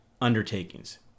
undertakings